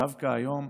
דווקא היום,